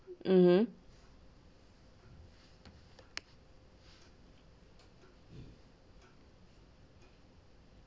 mmhmm